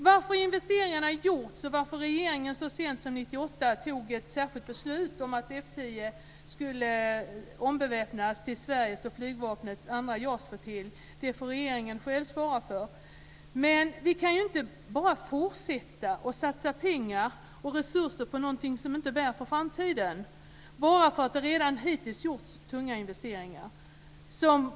Varför investeringarna gjorts och varför regeringen så sent som 1998 tog ett särskilt beslut om att F 10 skulle ombeväpnas till Sveriges och flygvapnets andra JAS-flottilj får regeringen själv svara för. Men vi kan inte bara fortsätta och satsa pengar och resurser på något som inte bär för framtiden bara därför att det hittills gjorts tunga investeringar.